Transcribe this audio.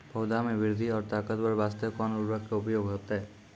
पौधा मे बृद्धि और ताकतवर बास्ते कोन उर्वरक के उपयोग होतै?